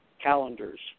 calendars